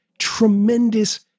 tremendous